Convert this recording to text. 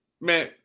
Man